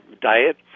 diet